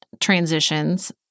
transitions